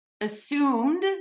assumed